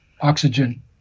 oxygen